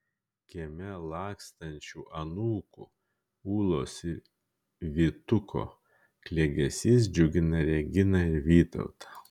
kieme lakstančių anūkų ūlos ir vytuko klegesys džiugina reginą ir vytautą